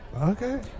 Okay